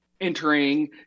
entering